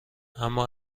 اما